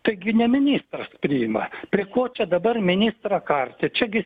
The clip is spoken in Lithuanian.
taigi ne ministras priima prie ko čia dabar ministrą karti čia gi